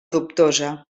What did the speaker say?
dubtosa